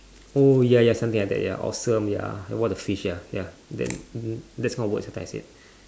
oh ya ya something like that ya awesome ya what the fish ya ya then mmhmm that's not words that time I said